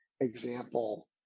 example